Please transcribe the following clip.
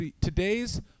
today's